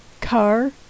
car